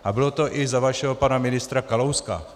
A bylo to i za vašeho pana ministra Kalouska.